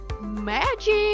magic